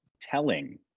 telling